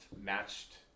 matched